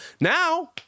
Now